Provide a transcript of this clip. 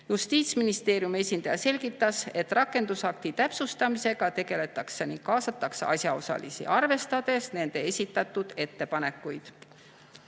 Justiitsministeeriumi esindaja selgitas, et rakendusakti täpsustamisega tegeldakse ning kaasatakse asjaosalisi, arvestades nende esitatud ettepanekuid.